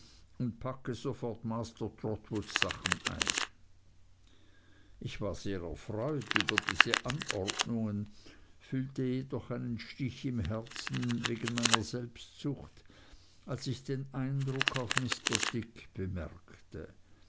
packe sofort master trotwoods sachen ein ich war sehr erfreut über diese anordnungen fühlte jedoch einen stich im herzen wegen meiner selbstsucht als ich den eindruck auf mr dick bemerkte